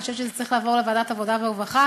אני חושבת שהוא צריך לעבור לוועדת העבודה והרווחה.